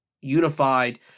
unified